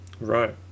Right